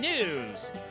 News